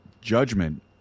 judgment